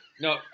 No